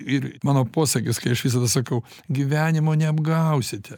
ir mano posakis kai aš visada sakau gyvenimo neapgausite